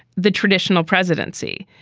the traditional presidency.